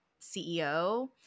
CEO